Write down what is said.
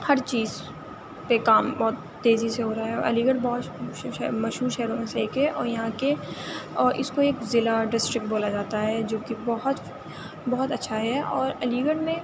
ہر چیز پہ کام بہت تیزی سے ہو رہا ہے اور علی گڑھ بہت مشہور شہروں میں سے ایک ہے اور یہاں کے اور اس کو ایک ضلع ڈسٹرک بولا جاتا ہے جو کہ بہت بہت اچھا ہے اور علی گڑھ میں